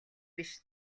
биш